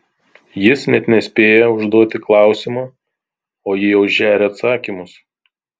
jis net nespėja užduoti klausimo o ji jau žeria atsakymus